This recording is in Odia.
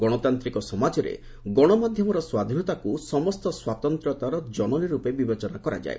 ଗଣତାନ୍ତ୍ରିକ ସମାଜରେ ଗଣମାଧ୍ୟମର ସ୍ୱାଧୀନତାକୁ ସମସ୍ତ ସ୍ୱାତନ୍ତ୍ରାତାର ଜନନୀ ରୂପେ ବିବେଚନା କରାଯାଏ